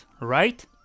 right